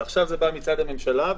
ועכשיו זה בא מהצד של הממשלה,